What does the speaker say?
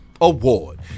Award